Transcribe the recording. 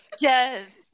yes